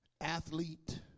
athlete